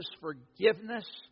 forgiveness